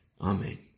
Amen